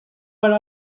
where